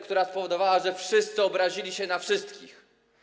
która spowodowała, że wszyscy obrazili się na wszystkich.